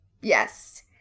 Yes